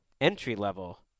entry-level